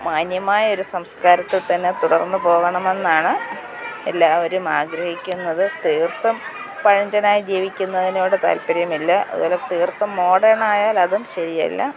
മാന്യമായ ഒരു സംസ്കാരത്തു തന്നെ തുടർന്നു പോകണമെന്നാണ് എല്ലാവരും ആഗ്രഹിക്കുന്നത് തീർത്തും പഴഞ്ചനായി ജീവിക്കുന്നതിനോട് താൽപര്യമില്ല അതു പോലെ തീർത്തും മോഡേൺ ആയാൽ അതും ശരിയല്ല